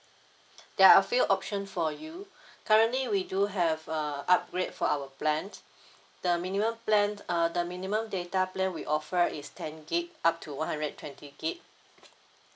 there are a few option for you currently we do have err upgrade for our plans the minimum plan uh the minimum data plan we offer is ten gig up to one hundred twenty gig